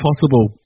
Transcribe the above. possible